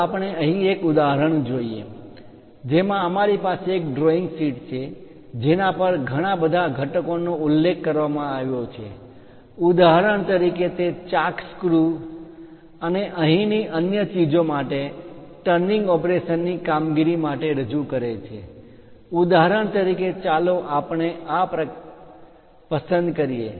ચાલો આપણે અહીં એક ઉદાહરણ જોઈએ જેમાં અમારી પાસે એક ડ્રોઈંગ શીટ છે જેના પર ઘણા બધા ઘટકોનો ઉલ્લેખ કરવામાં આવ્યો છે ઉદાહરણ તરીકે તે ચાક સ્ક્રૂ અને અહીંની અન્ય ચીજો માટે ટર્નિંગ ઓપરેશન ની કામગીરી માટે રજૂ કરે છે ઉદાહરણ તરીકે ચાલો આપણે આ પસંદ કરીએ